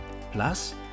Plus